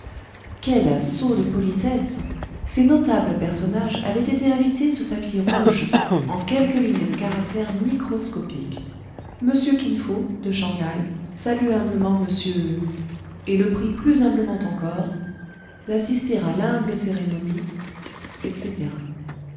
quel assaut de politesses ces notables personnages avaient été invités sur papier rouge en quelques lignes de caractères microscopiques m kin fo de shang haï salue humblement monsieur et le prie plus humblement encore d'assister à l'humble cérémonie etc